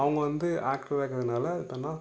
அவங்க வந்து ஆக்டரா இருக்கிறதனால தன்னா